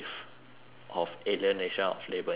of alienation of labour in singapore